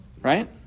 Right